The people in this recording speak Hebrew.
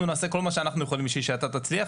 נעשה כל מה שאנחנו יכולים בשביל שאתה תצליח.